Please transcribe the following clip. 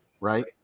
right